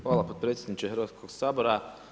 Hvala potpredsjedniče Hrvatskog sabora.